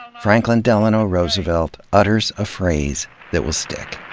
franklin delano roosevelt utters a phrase that will stick.